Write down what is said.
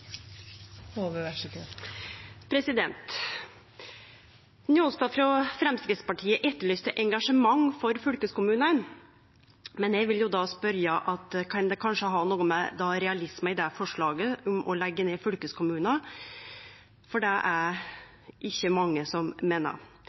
Njåstad frå Framstegspartiet etterlyste engasjement for fylkeskommunane, men eg vil då spørje om det kanskje kan ha noko med realismen i forslaget om å leggje ned fylkeskommunen å gjere, for det er